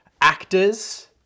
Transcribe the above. actors